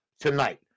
tonight